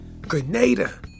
Grenada